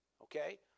okay